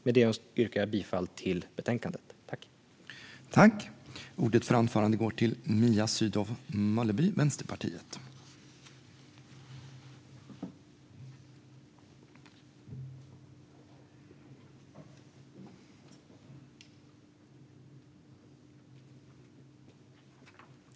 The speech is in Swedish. Med det yrkar jag bifall till utskottets förslag i betänkandet.